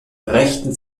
rechten